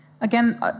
Again